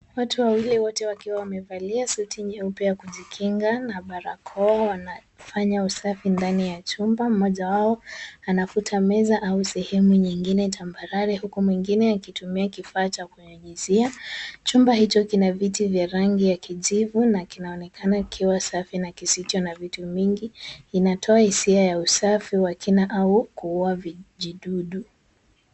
Watu wawili wote wakiwa wamevalia suti nyeupe ya kujikinga na barakoa, wanafanya usafi ndani ya chumba. Mmoja wao anafuta meza au sehemu nyingine tambarare huku mwingine akitumia kifaa cha kunyunyuzia. Chumba hicho kina viti vya rangi ya kijivu na kinaonekana kikiwa safi na kisicho na vitu mingi. Inatoa hisia ya usafi wa kina au kuua vijidudu.